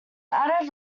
added